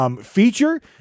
feature